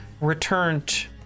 returned